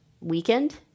weekend